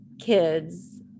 kids